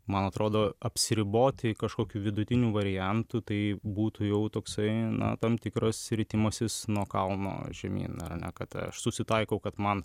man atrodo apsiriboti kažkokiu vidutiniu variantu tai būtų jau toksai na tam tikras ritimasis nuo kalno žemyn ar ne kad aš susitaikau kad man